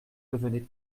devenait